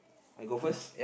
I go first